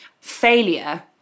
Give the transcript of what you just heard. failure